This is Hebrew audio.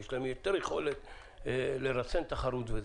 יש להם יותר יכולת לרסן תחרות.